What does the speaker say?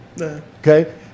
Okay